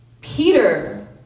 Peter